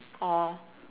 orh